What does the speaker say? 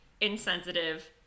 insensitive